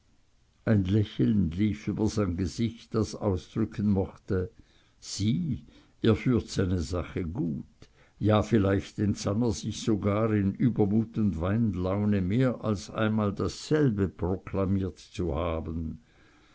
ein lächeln lief über sein gesicht das ausdrücken mochte sieh er führt seine sache gut ja vielleicht entsann er sich sogar in übermut und weinlaune mehr als einmal dasselbe proklamiert zu haben